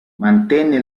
mantenne